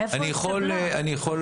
אני יושב ראש